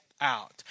out